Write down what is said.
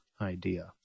idea